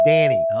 Danny